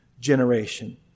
generation